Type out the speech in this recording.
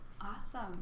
Awesome